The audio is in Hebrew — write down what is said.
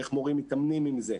איך מורים מתאמנים עם זה.